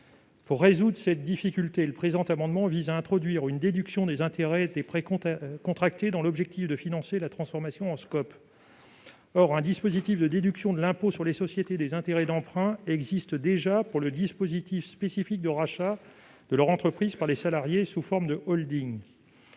Pour résoudre cette difficulté, le présent amendement vise à introduire une déduction des intérêts des prêts contractés. Un dispositif de déduction de l'impôt sur les sociétés des intérêts d'emprunt existe déjà pour le dispositif spécifique de rachat de leur entreprise par les salariés sous forme de holding.